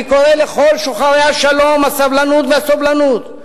אני קורא לכל שוחרי השלום, הסבלנות והסובלנות,